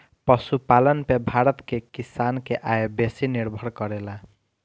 पशुपालन पे भारत के किसान के आय बेसी निर्भर करेला